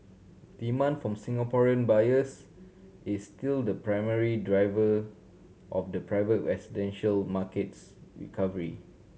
demand from Singaporean buyers is still the primary driver of the private residential market's recovery